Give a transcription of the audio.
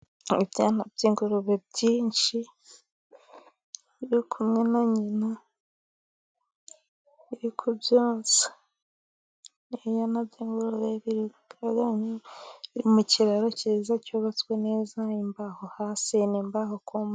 Ibyana by'ingurube byinshi, biri kumwe na nyina iri kubyonsa, ibyana byi ngurube biri mu kiraro cyiza cyubatswe neza, imbaho hasi ni imbaho.